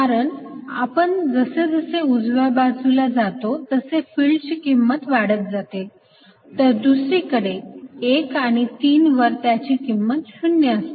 कारण आपण जसेजसे उजव्या बाजूला जातो तसे फिल्डची किंमत वाढत जाते तर दुसरीकडे 1 आणि 3 वर त्याची किंमत 0 असते